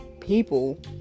people